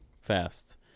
fast